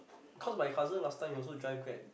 cause my cousin last time he also drive Grab